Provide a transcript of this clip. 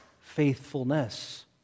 faithfulness